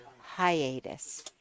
hiatus